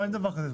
אין דבר כזה.